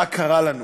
מה קרה לנו?